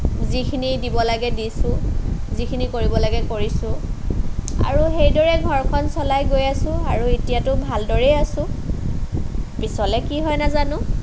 যিখিনি দিব লাগে দিছো যিখিনি কৰিব লাগে কৰিছো আৰু সেইদৰেই ঘৰখন চলাই গৈ আছো আৰু এতিয়াতো ভালদৰেই আছো পিছলে কি হয় নেজানো